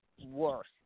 Worse